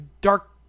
Dark